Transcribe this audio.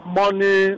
money